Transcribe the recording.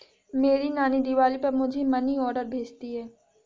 मेरी नानी दिवाली पर मुझे मनी ऑर्डर भेजती है